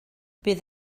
bydd